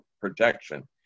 protection